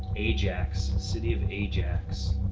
ajax. city of ajax.